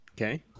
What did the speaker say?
Okay